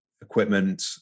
equipment